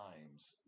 times